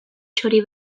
txori